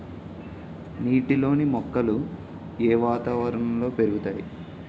నీటిలోని మొక్కలు ఏ వాతావరణంలో పెరుగుతాయి?